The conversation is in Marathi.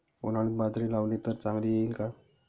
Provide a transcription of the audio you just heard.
उन्हाळ्यात बाजरी लावली तर चांगली येईल का?